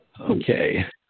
Okay